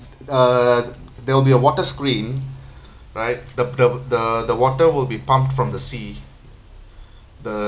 uh there will be a water screen right the the the the water will be pumped from the sea the